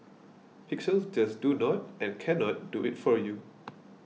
pixels just do not and can not do it for you